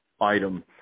item